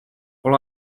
all